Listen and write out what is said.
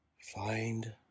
find